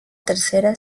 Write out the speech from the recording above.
tercera